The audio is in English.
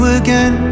again